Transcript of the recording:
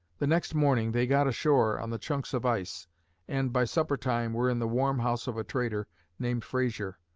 the next morning, they got ashore on the chunks of ice and by suppertime were in the warm house of a trader named frazier.